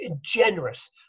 generous